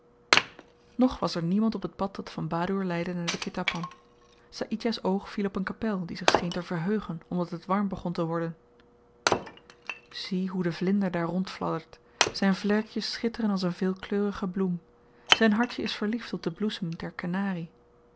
nog was er niemand op het pad dat van badoer leidde naar den ketapan saïdjah's oog viel op een kapel die zich scheen te verheugen omdat het begon warm te worden zie hoe de vlinder daar rondfladdert zyn vlerkjes schitteren als een veelkleurige bloem zyn hartjen is verliefd op den bloesem der kenari